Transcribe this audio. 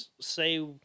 say